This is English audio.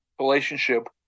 relationship